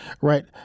right